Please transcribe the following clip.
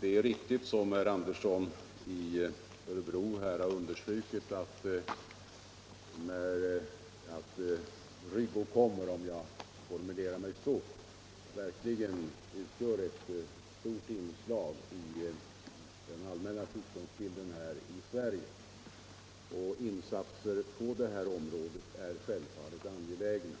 Det är riktigt som herr Andersson i Örebro har understrukit att ryggåkommor — om jag får formulera mig så — utgör ett stort inslag i den allmänna sjukdomsbilden här i Sverige, och insatser på detta område är självfallet angelägna.